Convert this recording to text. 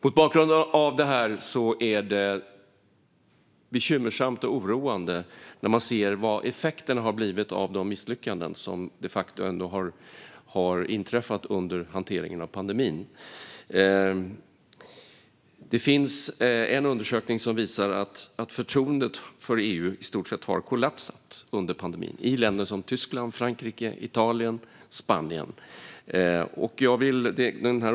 Mot bakgrund av detta är det bekymmersamt och oroande när man ser vad effekterna har blivit av de misslyckanden som de facto ändå har inträffat under hanteringen av pandemin. Det finns en undersökning som visar att förtroendet för EU i stort sett har kollapsat under pandemin i länder som Tyskland, Frankrike, Italien och Spanien.